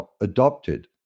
adopted